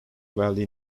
valley